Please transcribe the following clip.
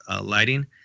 lighting